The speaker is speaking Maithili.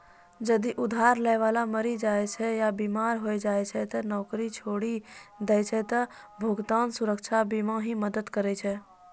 जदि उधार लै बाला मरि जाय छै या बीमार होय जाय छै या नौकरी छोड़ि दै छै त भुगतान सुरक्षा बीमा ही मदद करै छै